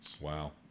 Wow